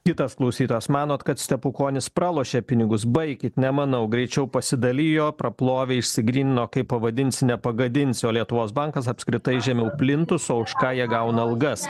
kitas klausytojas manot kad stepukonis pralošė pinigus baikit nemanau greičiau pasidalijo praplovė išsigrynino kaip pavadinsi nepagadinsi o lietuvos bankas apskritai žemiau plintuso už ką jie gauna algas